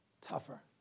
tougher